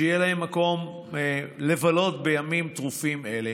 שיהיה להן מקום לבלות בימים טרופים אלה.